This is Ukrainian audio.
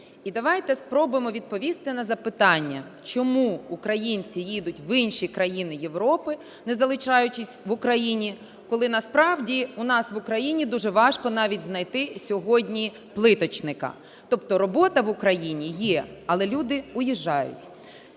І давайте спробуємо відповісти на запитання: чому українці їдуть в інші країни Європи, не залишаючись в Україні, коли насправді у нас, в Україні, дуже важко навіть знайти сьогодні плиточника? Тобто робота в Україні є, але люди уїжджають.